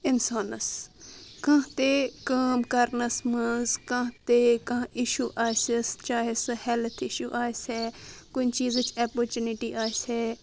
انسانَس کانٛہہ تہِ کٲم کرنس منٛز کانٛہہ تہِ کانٛہہ اِشو آسٮ۪س چاہے سُہ ہیٚلٕتھ اِشو آسہِ کُنہِ چیزٕچ اَپرچونٹی آسہِ